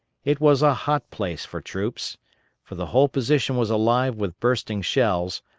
it was a hot place for troops for the whole position was alive with bursting shells,